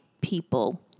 people